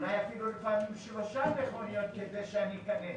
אולי אפילו שלושה מכוניות כדי שאני אכנס